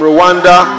Rwanda